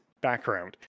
background